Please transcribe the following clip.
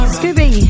Scooby